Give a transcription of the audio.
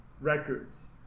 records